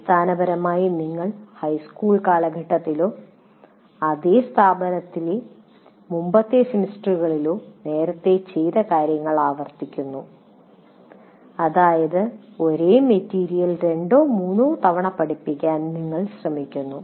അടിസ്ഥാനപരമായി നിങ്ങൾ ഹൈസ്കൂൾ കാലഘട്ടത്തിലോ അതേ സ്ഥാപനത്തിലെ മുമ്പത്തെ സെമസ്റ്ററുകളിലോ നേരത്തെ ചെയ്ത കാര്യങ്ങൾ ആവർത്തിക്കുന്നു അതായത് ഒരേ മെറ്റീരിയൽ രണ്ടോ മൂന്നോ തവണ പഠിപ്പിക്കാൻ നിങ്ങൾ ശ്രമിക്കുന്നു